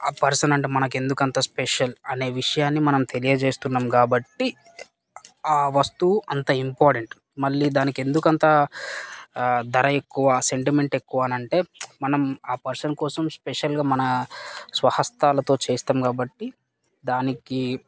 ఆ పర్సనంటే మనకెందుకు అంత స్పెషల్ అనే విషయాన్ని మనం తెలియజేస్తున్నాము కాబట్టి ఆ వస్తువు అంత ఇంపార్టెంట్ మళ్ళీ దానికి ఎందుకంత ధర ఎక్కువ సెంటిమెంట్ ఎక్కువ అని అంటే మనం ఆ పర్సన్ కోసం స్పెషల్గా మన స్వహస్తాలతో చేస్తాము కాబట్టి దానికి